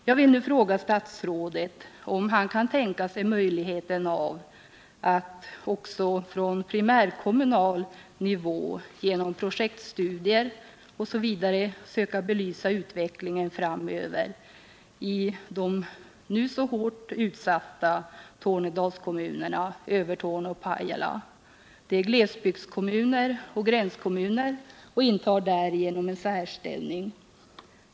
Jag vill nu fråga statsrådet om han kan tänka sig möjligheten av att också från primärkommunal nivå, genom projektstudier osv., söka belysa utvecklingen framöver i de nu så hårt utsatta Tornedalskommunerna Övertorneå och Pajala. De är glesbygdskommuner och gränskommuner och intar därigenom en särställning.